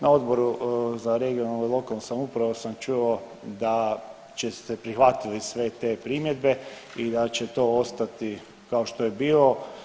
Na Odboru za regionalnu i lokalnu samoupravu sam čuo da će ste prihvatili sve te primjedbe i da će to ostati kao što je bilo.